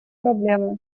проблемы